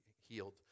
healed